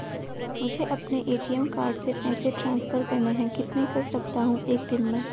मुझे अपने ATM card से पैसे ट्रांसफर करने हैं कितने कर सकता हूँ एक दिन में?